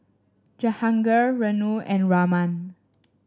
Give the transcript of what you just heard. Jahangir Renu and Raman